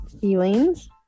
feelings